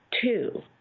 two